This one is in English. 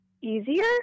easier